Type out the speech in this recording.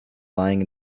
lying